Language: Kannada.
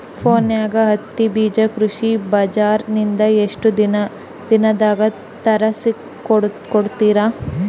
ಫೋನ್ಯಾಗ ಹತ್ತಿ ಬೀಜಾ ಕೃಷಿ ಬಜಾರ ನಿಂದ ಎಷ್ಟ ದಿನದಾಗ ತರಸಿಕೋಡತಾರ?